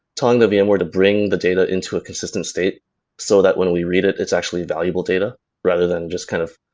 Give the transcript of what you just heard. telling the vmware to bring the data into a consistent state so that when we read it it's actually valuable data rather than just kind of